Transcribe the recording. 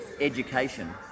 education